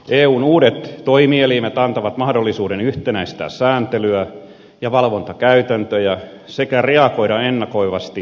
eun uudet toimielimet antavat mahdollisuuden yhtenäistää sääntelyä ja valvontakäytäntöjä sekä reagoida ennakoivasti finanssijärjestelmän riskeihin